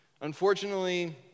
Unfortunately